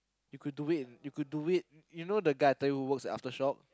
you could do it you could do it you know the guy I told you works at Aftershock